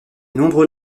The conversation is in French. nombreux